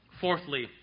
Fourthly